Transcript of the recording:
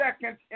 second